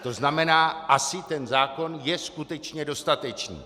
To znamená, asi ten zákon je skutečně dostatečný.